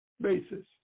basis